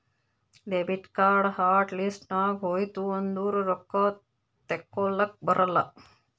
debit card hot list ನಾಗ್ ಹೋಯ್ತು ಅಂದುರ್ ರೊಕ್ಕಾ ತೇಕೊಲಕ್ ಬರಲ್ಲ